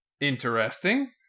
Interesting